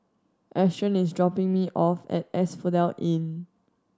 Ashton is dropping me off at Asphodel Inn